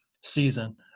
season